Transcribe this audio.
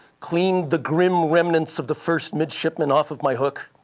cleaned the grim remnants of the first midshipman off of my hook,